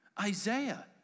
Isaiah